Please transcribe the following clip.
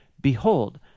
Behold